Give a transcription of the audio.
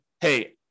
hey